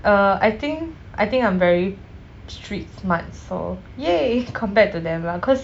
uh I think I think I'm very street smart so !yay! compared to them lah cause